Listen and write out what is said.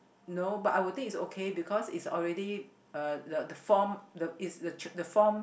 no but I would think it's okay because it's already uh the the form the it's the ch~ the form